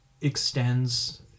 extends